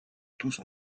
tous